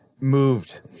moved